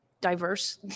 diverse